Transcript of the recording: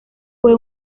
fue